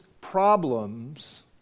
problems